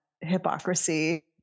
hypocrisy